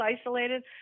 isolated